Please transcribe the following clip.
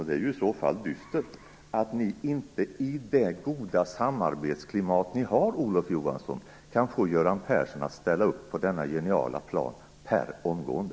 Det är dystert, Olof Johansson, att ni inte, i det goda samarbetsklimat ni har, kan få Göran Persson att ställa upp på denna geniala plan per omgående.